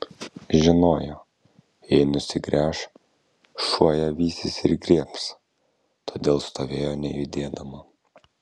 žinojo jei nusigręš šuo ją vysis ir griebs todėl stovėjo nejudėdama